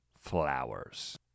flowers